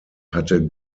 hatte